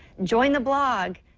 join the blog,